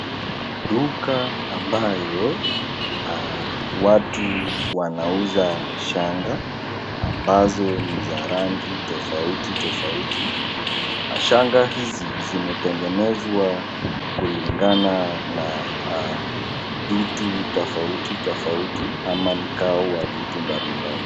Duka ambayo watu wanauza shanga ambazo ni za rangi tofauti tofauti. Shanga hizi zimetengenezwa kulingana na vitu tofauti tofauti ama mgao wa vitu mbalimbali.